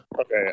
okay